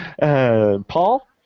Paul